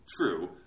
true